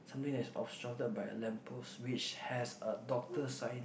something that is obstructed by a lamp post which has a doctor sign